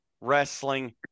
Wrestling